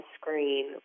screen